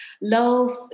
Love